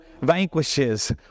vanquishes